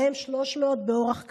בהם 300 באורח קשה,